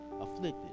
afflicted